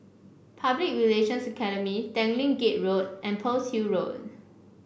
Public Relations Academy Tanglin Gate Road and Pearl's Hill Road